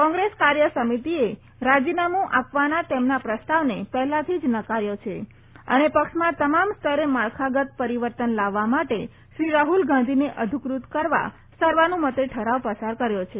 કોંગ્રેસ કાર્ય સમિતિએ રાજીનામુ આપવાની તેમના પ્રસ્તાવને પહેલાથી જ નકારી કાઢી છે અને પક્ષમાં તમામ સ્તરે માળખાગત પરીવર્તન લાવવા માટે શ્રી રાહુલ ગાંધીને અધિકૃત કરવા સર્વાનુમતે ઠરાવ પસાર કર્યો છે